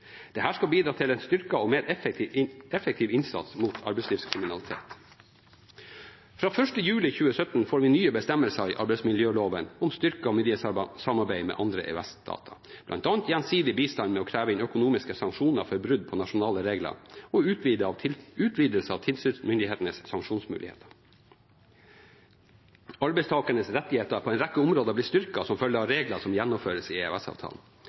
skal bidra til en styrket og mer effektiv innsats mot arbeidslivskriminalitet. Fra 1. juli 2017 får vi nye bestemmelser i arbeidsmiljøloven om styrket myndighetssamarbeid med andre EØS-stater, bl.a. gjensidig bistand med å kreve inn økonomiske sanksjoner for brudd på nasjonale regler og utvidelse av tilsynsmyndighetenes sanksjonsmuligheter. Arbeidstakeres rettigheter på en rekke områder blir styrket som følge av regler som gjennomføres i